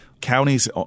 counties